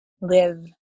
live